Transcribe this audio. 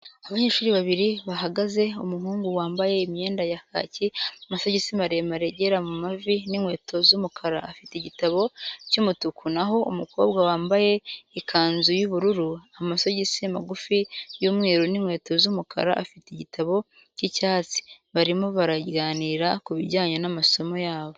Abanyeshuri babiri bahagaze, umuhungu wambaye imyenda ya kiki amasogisi maremare agera mu mavi n'inkweto z'umukara, afite igitabo cy'umutuku naho umukobwa wamabaye ikanzu y'ubururu, amasogisi magufi y'umweru n'inkweto z'umukara afite igitabo cy'icyatsi, barimo baraganira ku bijyanye n'amasomo yabo.